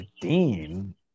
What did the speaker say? Dean